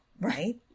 right